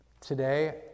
Today